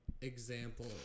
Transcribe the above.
example